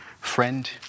Friend